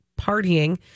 partying